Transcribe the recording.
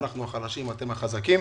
אנחנו החלשים ואתם החזקים.